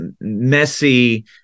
messy